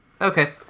Okay